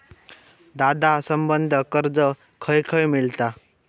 दादा, संबंद्ध कर्ज खंय खंय मिळता